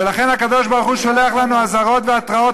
ולכן הקדוש-ברוך-הוא שולח לנו אזהרות והתראות,